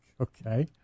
okay